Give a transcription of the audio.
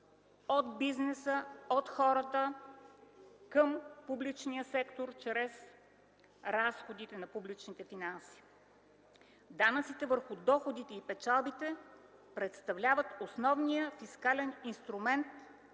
от бизнеса, от хората към публичния сектор чрез разходите на публичните финанси. Данъците върху доходите и печалбите представляват основния фискален инструмент